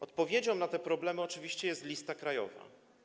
Odpowiedzią na te problemy oczywiście jest lista krajowa.